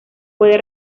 puede